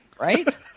Right